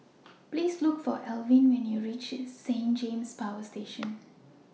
Please Look For Elwyn when YOU REACH Saint James Power Station